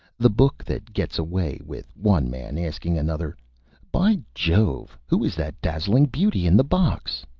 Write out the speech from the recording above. the book that gets away with one man asking another by jove, who is that dazzling beauty in the box?